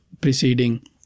preceding